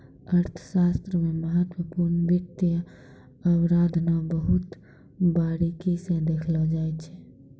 अर्थशास्त्र मे महत्वपूर्ण वित्त अवधारणा बहुत बारीकी स देखलो जाय छै